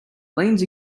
leans